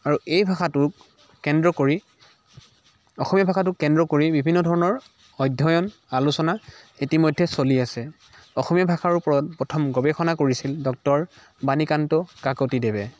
আৰু এই ভাষাটোৰ কেন্দ্ৰ কৰি অসমীয়া ভাষাটোক কেন্দ্ৰ কৰি বিভিন্ন ধৰনৰ অধ্যয়ন আলোচনা ইতিমধ্যে চলি আছে অসমীয়া ভাষাৰ ওপৰত প্ৰথম গৱেষণা কৰিছিল ডক্টৰ বাণীকান্ত কাকতিদেৱে